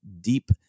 deep